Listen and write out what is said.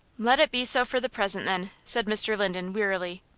let it be so for the present, then, said mr. linden, wearily.